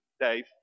Dave